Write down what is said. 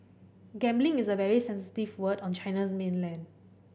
gambling is a very sensitive word on China's mainland